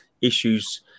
issues